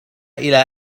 إلى